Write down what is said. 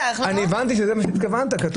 החשש הוא שחלק גדול מהזמן יעבור כמצב